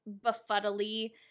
befuddly